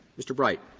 mr. bright.